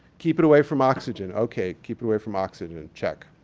keep it away from oxygen. ok. keep it away from oxygen. check.